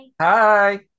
hi